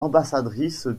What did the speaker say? ambassadrice